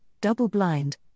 double-blind